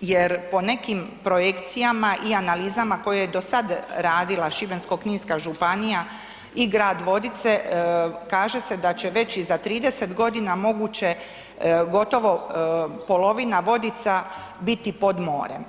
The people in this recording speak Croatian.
jer po nekim projekcijama i analizama koje je dosad radila Šibensko-kninska županija i grad Vodice kaže se da će već i za 30 godina moguće gotovo polovina Vodica biti pod morem.